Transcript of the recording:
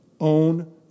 own